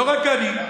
לא רק אני,